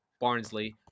barnsley